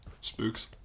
Spooks